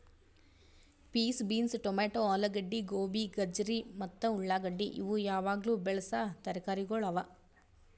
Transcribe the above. piece, beans, tomato, ಆಲೂಗಡ್ಡಿ, ಗೋಬಿ, ಗಜರಿ ಮತ್ತ ಉಳಾಗಡ್ಡಿ ಇವು ಯಾವಾಗ್ಲೂ ಬೆಳಸಾ ತರಕಾರಿಗೊಳ್ ಅವಾ